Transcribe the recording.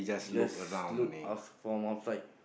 just look out from outside